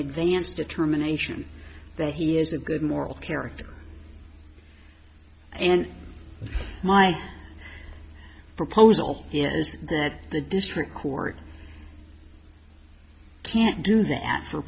advance determination that he is a good moral character and my proposal yes that the district court can't do that for